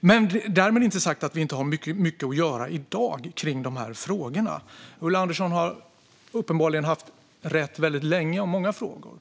Därmed är det inte sagt att vi inte har mycket att göra kring de här frågorna i dag. Ulla Andersson har uppenbarligen haft rätt väldigt länge, i många frågor.